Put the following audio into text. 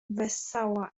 wessała